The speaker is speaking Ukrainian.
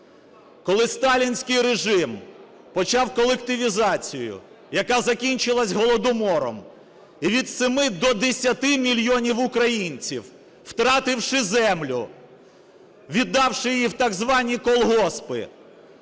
Коли сталінський режим почав колективізацію, яка закінчилась Голодомором і від 7 до 10 мільйонів українців, втративши землю, віддавши її в так звані колгоспи,